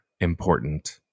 important